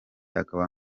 akaba